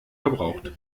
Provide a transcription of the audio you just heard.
gebraucht